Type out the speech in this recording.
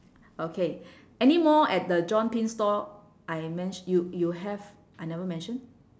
okay anymore at the john pin store I ment~ you you have I never mention